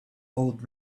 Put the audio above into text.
old